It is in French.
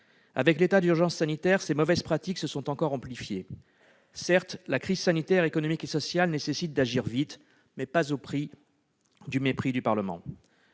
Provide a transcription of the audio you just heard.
Avec l'état d'urgence sanitaire, ces mauvaises pratiques se sont encore amplifiées. Certes, la crise sanitaire, économique et sociale nécessite d'agir vite, mais pas au prix du mépris du Parlement.